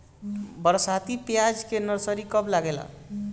बरसाती प्याज के नर्सरी कब लागेला?